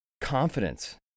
confidence